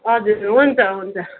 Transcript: हजुर हुन्छ हुन्छ